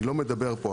אני לא מדבר פה,